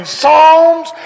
psalms